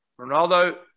Ronaldo